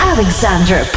Alexander